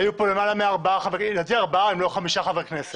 היו כאן ארבעה, אם לא חמישה, חברי כנסת.